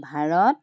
Bharat